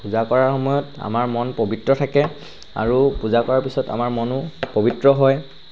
পূজা কৰাৰ সময়ত আমাৰ মন পবিত্ৰ থাকে আৰু পূজা কৰাৰ পিছত আমাৰ মনো পবিত্ৰ হয়